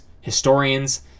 historians